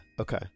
Okay